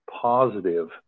positive